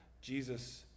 Jesus